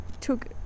took